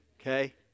Okay